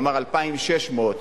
נאמר 2,600 שקלים,